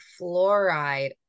fluoride